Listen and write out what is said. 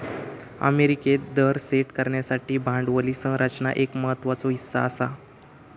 अमेरिकेत दर सेट करण्यासाठी भांडवली संरचना एक महत्त्वाचो हीस्सा आसा